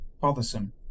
Bothersome